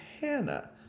Hannah